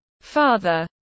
father